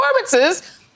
performances